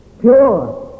pure